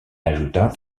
ajouta